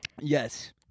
Yes